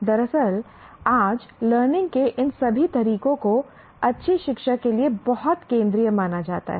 दरअसल आज लर्निंग के इन सभी तरीकों को अच्छी शिक्षा के लिए बहुत केंद्रीय माना जाता है